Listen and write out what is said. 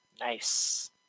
Nice